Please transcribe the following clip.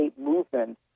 movement